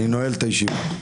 אני נועל את הישיבה.